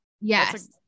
Yes